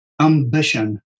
ambition